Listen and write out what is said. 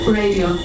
radio